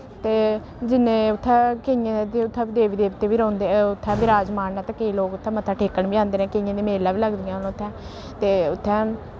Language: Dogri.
ते जि'न्नै उत्थै केइयें दे उत्थै देवी देवते बी रौंह्दे उत्थै बराजमान न ते केई लोक उत्थै मत्था टेकन बी औंदे न केइयें दियां मेलां बी लगदियां न उत्थै ते उत्थै